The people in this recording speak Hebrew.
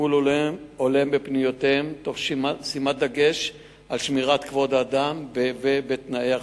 לטיפול הולם בפניותיהן ותוך שימת דגש על שמירת כבוד האדם ותנאי החזקתן.